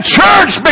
church